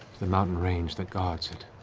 the mountain range that guards it.